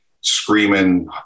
screaming